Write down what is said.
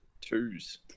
twos